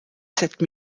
sept